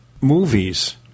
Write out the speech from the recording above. movies